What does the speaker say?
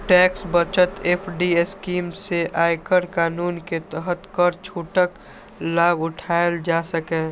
tax बचत FD scheme सं आयकर कानून के तहत कर छूटक लाभ उठाएल जा सकैए